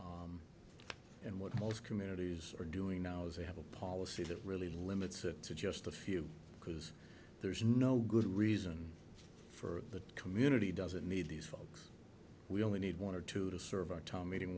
and what most communities are doing now is they have a policy that really limits it to just a few because there's no good reason for it the community doesn't need these folks we only need one or two to serve our tom meeting